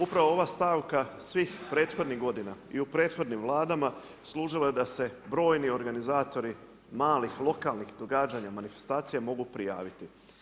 Upravo ova stavka svih prethodnih godina i u prethodnim Vladam, služila je da se brojni organizatori malih, lokalnih događanja, manifestacija mogu prijaviti.